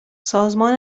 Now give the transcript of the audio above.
سازمان